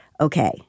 okay